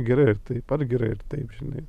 gerai ir taip pat gerai ir taip žinai